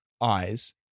eyes